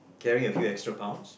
carrying a few extra pounds